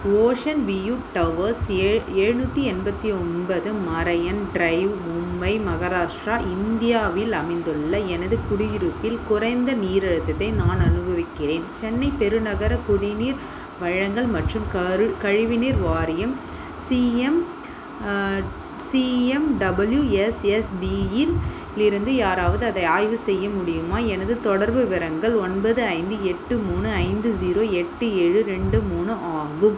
ocean view towers எழுநூற்றி எண்பத்தி ஒன்பது மரையன் ட்ரைவ் மும்பை மஹாராஷ்ட்ரா இந்தியாவில் அமைந்துள்ள எனது குடியிருப்பில் குறைந்த நீர் அழுத்தத்தை நான் அனுபவிக்கிறேன் சென்னை பெருநகர குடிநீர் வழங்கல் மற்றும் கழிவுநீர் வாரியம் சி எம் சிஎம்டபிள்யுஎஸ்எஸ்பியில் இருந்து யாராவது அதை ஆய்வு செய்ய முடியுமா எனது தொடர்பு விவரங்கள் ஒன்பது ஐந்து எட்டு மூணு ஐந்து ஸீரோ எட்டு ஏழு ரெண்டு மூணு ஆகும்